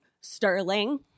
Sterling